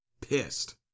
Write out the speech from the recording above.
Pissed